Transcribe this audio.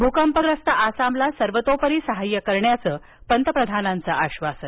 भूकंपग्रस्त आसामला सर्वतोपरी सहाय्य करण्याचं पंतप्रधानांचं आश्वासन